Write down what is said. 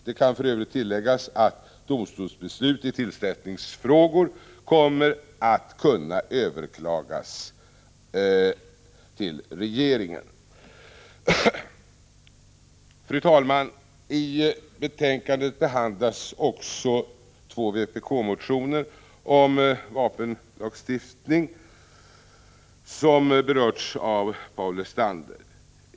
Det kan för övrigt tilläggas att domstolsbeslut i tillsättningsfrågor kommer att kunna överklagas av regeringen. Fru talman! I betänkandet behandlades också två vpk-motioner om vapenlagstiftning, som berörts av Paul Lestander.